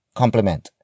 complement